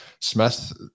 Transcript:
smith